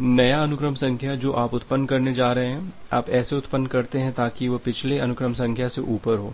नया अनुक्रम संख्या जो आप उत्त्पन्न करने जा रहे हैं आप ऐसे उत्त्पन्न करते हैं ताकि वह पिछले अनुक्रम संख्या से ऊपर हो